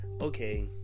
Okay